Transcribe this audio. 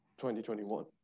2021